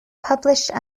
published